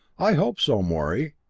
i hope so, morey.